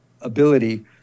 ability